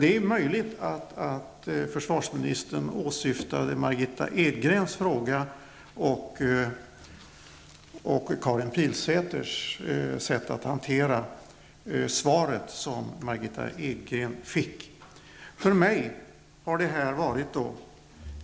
Det är möjligt att försvarsministern åsyftar Margitta Edgrens fråga och Karin Pilsäters sätt att hantera svaret som Margitta Edgren fick.